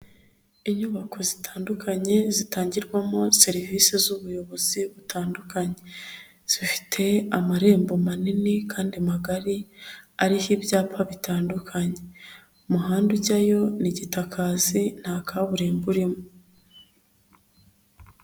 Inyubako zitandukanye zitangirwamo serivisi z'ubuyobozi butandukanye, zifite amarembo manini kandi magari, ariho ibyapa bitandukanye, umuhanda ujyayo nigitakazi nta kaburimbo irimo.